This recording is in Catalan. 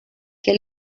què